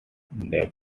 dave